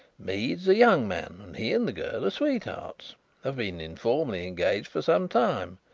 mead is a young man, and he and the girl are sweethearts have been informally engaged for some time.